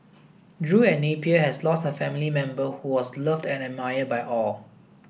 Drew and Napier has lost a family member who was loved and admired by all